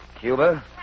Cuba